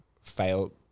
fail